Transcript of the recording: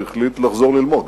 הוא החליט לחזור ללמוד,